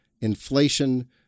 inflation